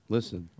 Listen